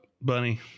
bunny